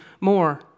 more